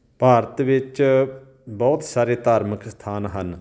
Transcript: ਭਾਰਤ ਵਿੱਚ ਬਹੁਤ ਸਾਰੇ ਧਾਰਮਿਕ ਸਥਾਨ ਹਨ